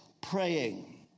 praying